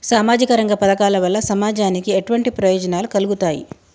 సామాజిక రంగ పథకాల వల్ల సమాజానికి ఎటువంటి ప్రయోజనాలు కలుగుతాయి?